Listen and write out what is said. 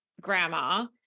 grandma